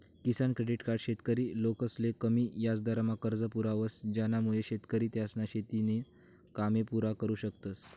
किसान credit card शेतकरी लोकसले कमी याजदरमा कर्ज पुरावस ज्यानामुये शेतकरी त्यासना शेतीना कामे पुरा करु शकतस